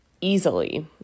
easily